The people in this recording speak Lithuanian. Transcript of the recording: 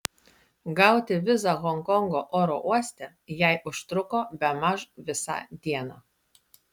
gauti vizą honkongo oro uoste jai užtruko bemaž visą dieną